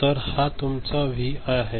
तर हा तुमचा व्ही आय आहे